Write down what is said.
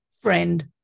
friend